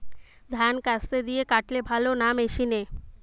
ধান কাস্তে দিয়ে কাটলে ভালো না মেশিনে?